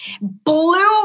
Blue